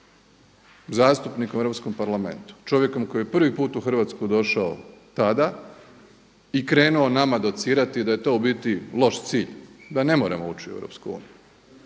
zastupnikom u Europskom parlamentu, čovjekom koji je prvi u Hrvatsku došao tada i krenuo nama docirati da je to u biti loš cilj, da ne moramo ući u Europsku uniju,